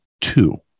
two